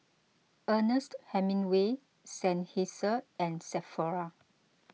Ernest Hemingway Seinheiser and Sephora